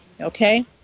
okay